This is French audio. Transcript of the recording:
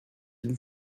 ils